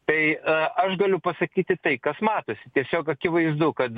tai aš galiu pasakyti tai kas matosi tiesiog akivaizdu kad